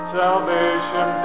salvation